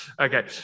Okay